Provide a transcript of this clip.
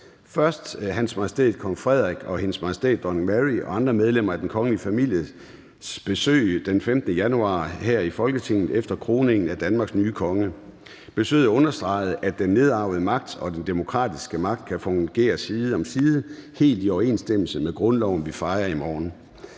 der Hans Majestæt Kong Frederik, Hendes Majestæt Dronning Mary og andre medlemmer af den kongelige families besøg den 15. januar her i Folketinget efter kroningen af Danmarks nye konge. Besøget understregede, at den nedarvede magt og den demokratiske magt kan fungere side om side helt i overensstemmelse med grundloven, vi fejrer i morgen.